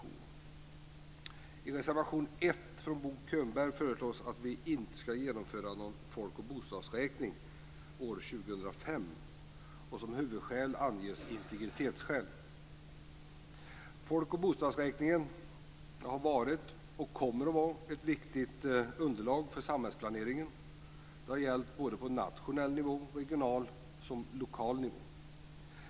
I reservation 1 av Bo Könberg föreslås att vi inte ska genomföra någon folk och bostadsräkning år 2005. Som huvudmotiv för detta anges integritetsskäl. Folk och bostadsräkningen har varit och kommer att vara ett viktigt underlag för samhällsplaneringen. Det har gällt såväl på nationell och regional nivå som på lokal nivå.